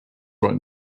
right